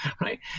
Right